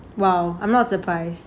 !wow! I'm not surprised